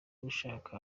gushaka